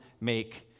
make